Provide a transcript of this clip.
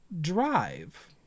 drive